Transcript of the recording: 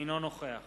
אינו נוכח